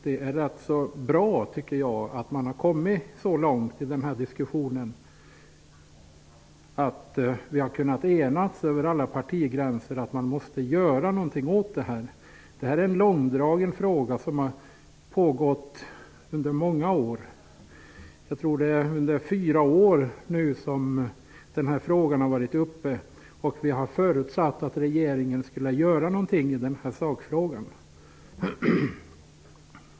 Det är bra att vi har kommit så långt i diskussionen att vi har kunnat enas över alla partigränser att något måste göras. Det har varit en långdragen fråga som har diskuterats under många år. Frågan har varit uppe till diskussion i fyra år, och vi har förutsatt att regeringen skall göra något i sakfrågan.